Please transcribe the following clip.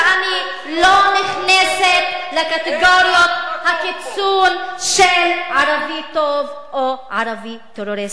שאני לא נכנסת לקטגוריות הקיצון של ערבי טוב או ערבי טרוריסטי.